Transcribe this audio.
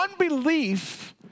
unbelief